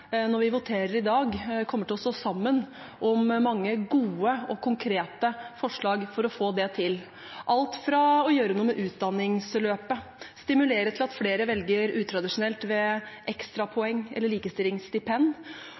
når vi voterer i dag, kommer til å stå sammen om mange gode og konkrete forslag for å få det til – alt fra å gjøre noe med utdanningsløpet, stimulere til at flere velger utradisjonelt, ved ekstrapoeng eller likestillingsstipend